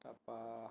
তাৰ পৰা